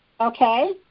Okay